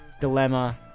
Dilemma